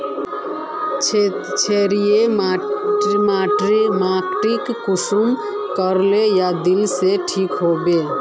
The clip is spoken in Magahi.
क्षारीय माटी कुंसम करे या दिले से ठीक हैबे?